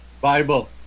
Bible